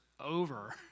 over